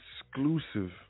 exclusive